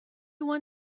one